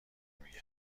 میگن